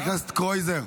חבר הכנסת קרויזר,